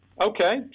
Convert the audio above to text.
okay